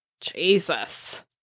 Jesus